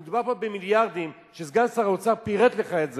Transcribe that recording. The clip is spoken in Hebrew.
אבל מדובר במיליארדים שסגן שר האוצר פירט לך את זה.